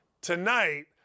tonight